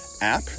app